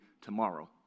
tomorrow